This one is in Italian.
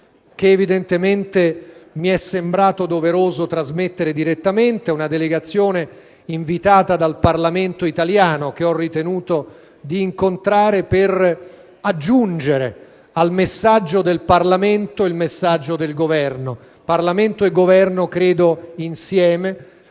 che evidentemente mi è sembrato doveroso trasmettere direttamente. È una delegazione invitata dal Parlamento italiano, che ho ritenuto di incontrare per aggiungere al messaggio del Parlamento il messaggio del Governo. Parlamento e Governo insieme